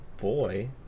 boy